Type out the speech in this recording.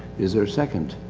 is there a second?